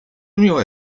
miłe